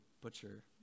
butcher